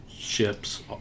Ships